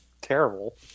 terrible